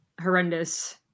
horrendous